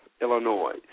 Illinois